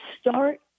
start